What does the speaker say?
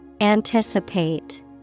Anticipate